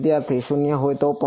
વિદ્યાર્થી 0 હોય તો પણ